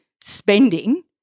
spending